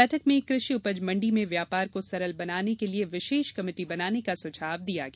बैठक में कृषि उपज मंडी में व्यापार को सरल बनाने के लिये विशेष कमेटी बनाने का सुझाव दिया गया